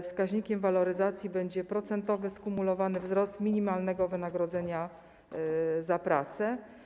Wskaźnikiem waloryzacji będzie procentowy skumulowany wzrost minimalnego wynagrodzenia za pracę.